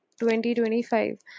2025